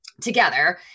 together